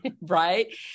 right